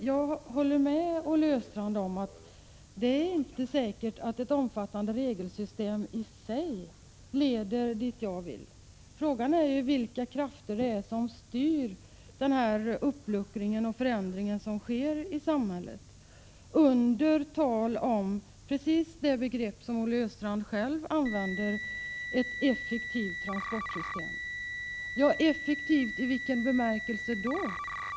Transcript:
Jag håller med Olle Östrand om att det inte är säkert att ett omfattande regelsystem i sig leder dit jag vill. Frågan gäller vilka krafter det är som styr den uppluckring och förändring som sker i samhället med användning av Prot. 1986/87:46 = precis det begrepp som Olle Östrand själv använder: ett effektivt transport 10 december 1986 system. Effektivt i vilken bemärkelse?